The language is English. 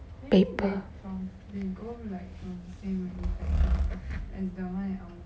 paper